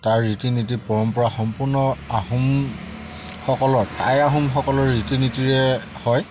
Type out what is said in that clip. তাৰ ৰীতি নীতি পৰম্পৰা সম্পূৰ্ণ আহোমসকলৰ টাই আহোমসকলৰ ৰীতি নীতিৰে হয়